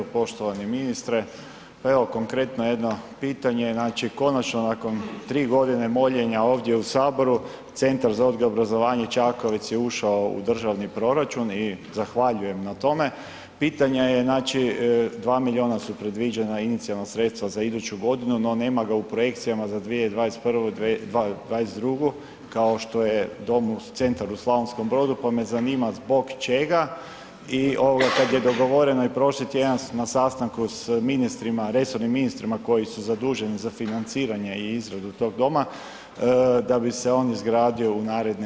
Poštovani ministre, pa evo konkretno jedno pitanje znači konačno nakon 3.g. moljenja ovdje u HS Centar za odgoj i obrazovanje Čakovec je ušao u državni proračun i zahvaljujem na tome, pitanje je znači, 2 milijuna su predviđena, inicijalna sredstva za iduću godinu, no nema ga u projekcijama za 2021. i 2022. kao što je dom, Centar u Slavonskom Brodu, pa me zanima zbog čega i ovoga kad je dogovoreno i prošli tjedan na sastanku s ministrima, resornim ministrima koji su zaduženi za financiranje i izradu tog doma da bi se on izgradio u naredne dvije godine.